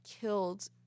killed